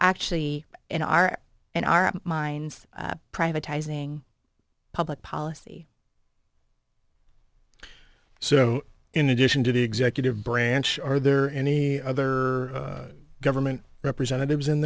actually in our in our minds privatizing public policy so in addition to the executive branch are there any other government representatives